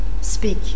speak